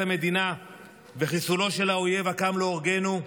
המדינה וחיסולו של האויב הקם להורגנו,